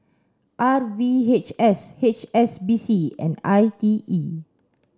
R V H S H S B C and I T E